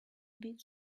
bit